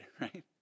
right